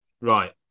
Right